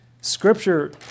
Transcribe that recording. scripture